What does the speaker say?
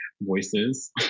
voices